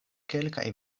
kelkaj